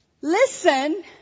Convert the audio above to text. listen